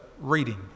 reading